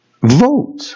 Vote